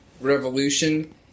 revolution